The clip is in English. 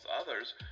others